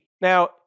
now